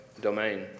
domain